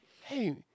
hey